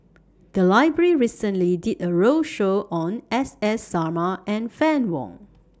The Library recently did A roadshow on S S Sarma and Fann Wong